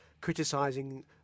criticising